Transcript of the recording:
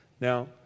Now